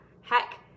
heck